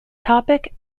topic